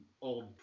old